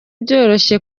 byoroshye